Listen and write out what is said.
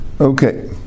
Okay